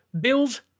Bills